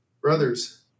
Brothers